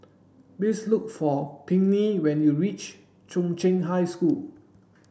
please look for Pinkney when you reach Chung Cheng High School